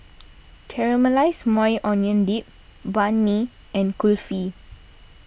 Caramelized Maui Onion Dip Banh Mi and Kulfi